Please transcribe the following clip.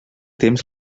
temps